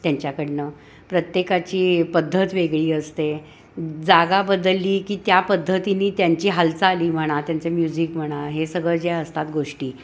त्यांच्याकडून प्रत्येकाची पद्धत वेगळी असते जागा बदलली की त्या पद्धतीने त्यांची हालचाल ही म्हणा त्यांचं म्युझिक म्हणा हे सगळं जे असतात गोष्टी